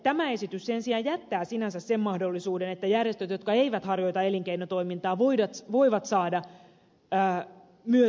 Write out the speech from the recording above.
tämä esitys sen sijaan jättää sinänsä sen mahdollisuuden että järjestöt jotka eivät harjoita elinkeinotoimintaa voivat saada myös sataprosenttisen tuen